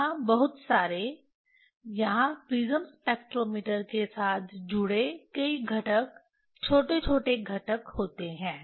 यहां बहुत सारे यहां प्रिज़्म स्पेक्ट्रोमीटर के साथ जुड़े कई घटक छोटे छोटे घटक होते हैं